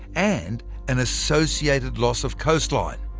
and an associated loss of coastline.